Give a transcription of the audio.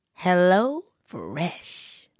HelloFresh